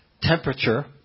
temperature